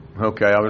Okay